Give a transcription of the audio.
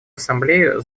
ассамблею